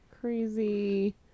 crazy